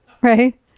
Right